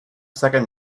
second